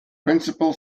principal